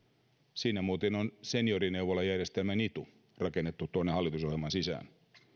siinä muuten on seniorineuvolajärjestelmän itu rakennettu tuonne hallitusohjelman sisään